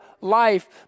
life